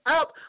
up